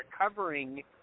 covering